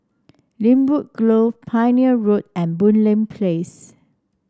Lynwood Grove Pioneer Road and Boon Lay Place